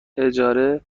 اجاره